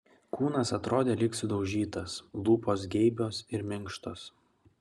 kūnas atrodė lyg sudaužytas lūpos geibios ir minkštos